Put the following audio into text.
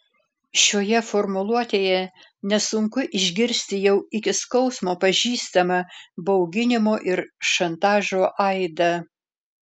šioje formuluotėje nesunku išgirsti jau iki skausmo pažįstamą bauginimo ir šantažo aidą